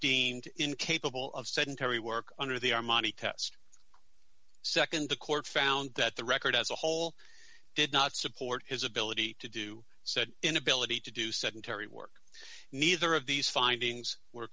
deemed incapable of sedentary work under the armani test nd the court found that the record as a whole did not support his ability to do said inability to do sedentary work neither of these findings were